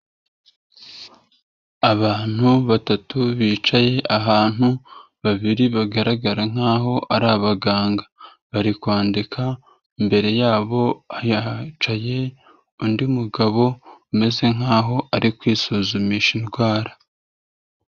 Abantu batatu bicaye ahantu, babiri bagaragara nkaho ari abaganga, bari kwandika. Imbere yabo hicaye undi mugabo, umeze nkaho ari kwisuzumisha indwara.